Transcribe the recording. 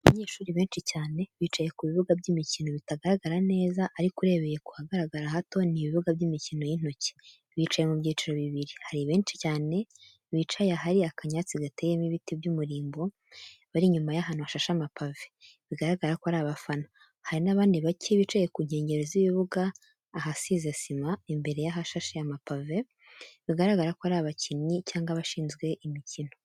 Abanyeshuri benshi cyane bicaye ku bibuga by'imikino bitagaragara neza ariko urebeye ku hagaragara hato ni ibibuga by'imikino y'intoki. Bicaye mu byiciro bibiri, hari benshi cyane bicaye ahari akanyatsi gateyemo ibiti by'umurimbo, bari inyuma y'ahantu hashashe amapave, bigaragara ko ari abafana. Hari n'abandi bake, bicaye mu nkengero z'ibibuga ahasize sima, imbere y'ahashashe amapave, bigaragara ko ari abakinnyi cyangwa abashinzwe imikino.